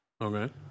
Okay